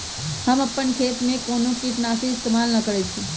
हम अपन खेत में कोनो किटनाशी इस्तमाल न करई छी